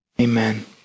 Amen